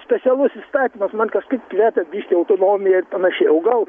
specialus įstatymas man kažkaip kvepia biškį autonomija ir panašiai o gal